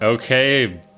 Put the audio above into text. Okay